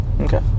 okay